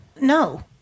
No